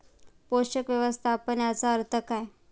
पोषक व्यवस्थापन याचा अर्थ काय?